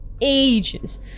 ages